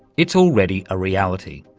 it's already a reality.